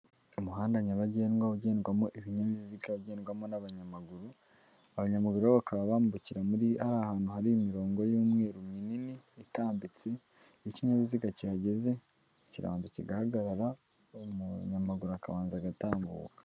Umuhanda nyabagendwa ugendwamo ibinyabiziga, ugendwamo n'abanyamaguru, abanyamaguru rero bakaba bambukira muri hariya hantu hari imirongo y'umweruru minini itambitse, iyo ikinyabiziga kihageze kirabanza kigahagarara umunyamaguru akabanza agatambuka.